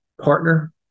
partner